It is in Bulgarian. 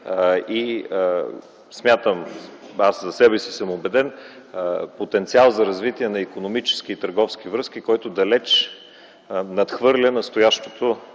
и аз за себе съм убеден, че е потенциал за развитие на икономически и търговски връзки, който далеч надхвърля настоящото